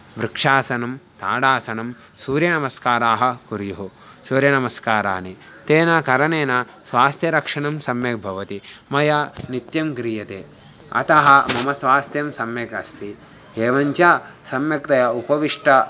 वृक्षासनं ताडासनं सूर्यनमस्काराः कुर्युः सूर्यनमस्कारः तेन करणेन स्वास्थ्यरक्षणं सम्यक् भवति मया नित्यं क्रियते अतः मम स्वास्त्यं सम्यक् अस्ति एवञ्च सम्यक्तया उपविष्टः